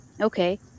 Okay